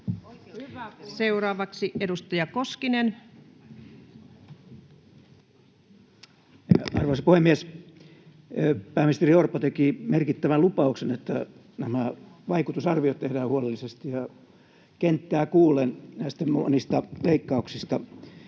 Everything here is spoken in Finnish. Seuraavaksi edustaja Koskinen. Arvoisa puhemies! Pääministeri Orpo teki merkittävän lupauksen, että vaikutusarviot tehdään huolellisesti ja kenttää kuullen näistä monista leikkauksista.